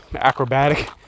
acrobatic